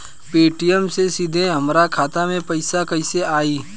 Paytm से सीधे हमरा खाता मे पईसा कइसे आई?